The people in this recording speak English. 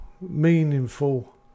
meaningful